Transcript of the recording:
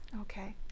Okay